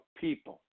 people